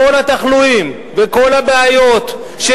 הוא רצה להביא שלום.